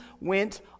went